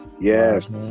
Yes